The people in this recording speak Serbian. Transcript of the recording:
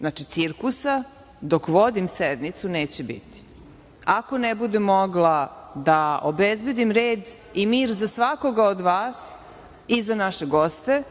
dana. Cirkusa dok vodim sednicu neće biti. Ako ne budem mogla da obezbedim red i mir za svakoga od vas i za naše goste,